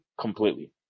completely